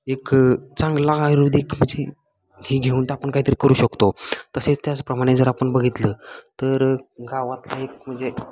एक चांगला आयुर्वेदिक म्हणजे हे घेऊन तर आपण काहीतरी करू शकतो तसेच त्याचप्रमाणे जर आपण बघितलं तर गावातला एक म्हणजे